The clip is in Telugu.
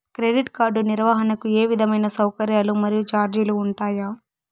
క్రెడిట్ కార్డు నిర్వహణకు ఏ విధమైన సౌకర్యాలు మరియు చార్జీలు ఉంటాయా?